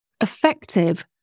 effective